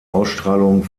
ausstrahlung